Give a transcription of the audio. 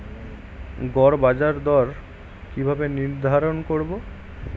গড় বাজার দর কিভাবে নির্ধারণ করব?